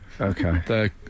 Okay